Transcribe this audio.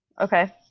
okay